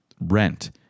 rent